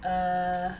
err